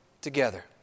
together